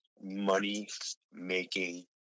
money-making